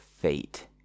fate